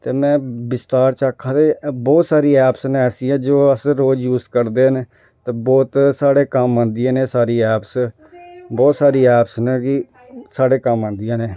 कन्नै बिस्तार च आखा दे बहोत सारियां ऐप ने ऐसियां जेह्ड़ा अस रोज यूज करदे न ते बहोत साढ़े कम्म आंदियां ने बहोत सारी ऐपस बहोत सारी ऐपस साढ़े कम्म आंदियां ने